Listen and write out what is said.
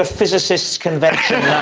ah physicists' convention